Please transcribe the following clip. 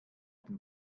den